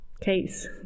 case